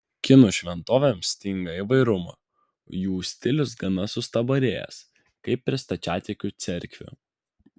kinų šventovėms stinga įvairumo jų stilius gana sustabarėjęs kaip ir stačiatikių cerkvių